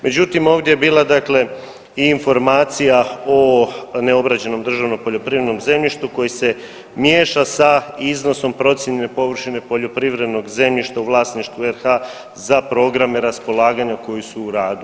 Međutim, ovdje je bila dakle i informacija o neobrađenom državnom poljoprivrednom zemljištu koji se miješa sa iznosom procijene površine poljoprivrednog zemljišta u vlasništvu RH za programe raspolaganja koji su u radu.